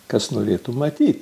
kas norėtų matyti